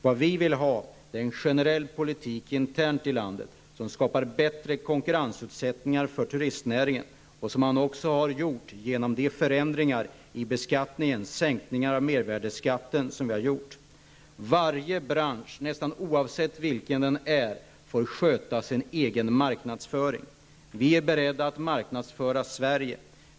Vad vi vill ha är en generell politik internt i landet som skapar bättre konkurrensförutsättningar för turistnäringen. Detta har också gjorts genom förändringar i beskattningen, bl.a. av mervärdeskatten. Varje bransch, nästan oavsett vilken, får sköta sin egen marknadsföring. Vi är beredda att marknadsföra Sverige.